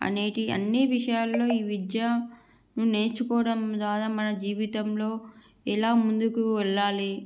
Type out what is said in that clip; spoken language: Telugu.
అనేటి అన్ని విషయాల్లో ఈ విద్య నేర్చుకోవడం ద్వారా మన జీవితంలో ఎలా ముందుకు వెళ్లాలి